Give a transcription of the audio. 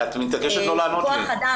--- את מתעקשת לא לענות לי.